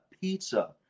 pizza